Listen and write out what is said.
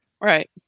Right